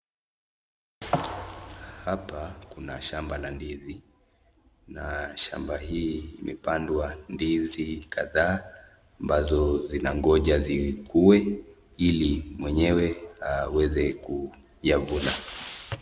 Hapa kuna shamba la ndizi na shamba hii imepandwa ndizi kadhaa ambazo zinangoja zikue ili mwenyewe aweze kuyavuna.